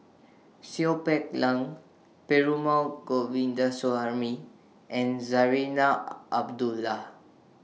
Seow Peck Leng Perumal Govindaswamy and Zarinah Abdullah